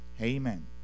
Amen